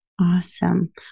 Awesome